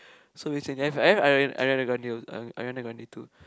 so recently have I have Ariana Ariana Grande also Arianda-Grande too